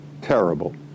Terrible